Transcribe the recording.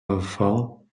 enfant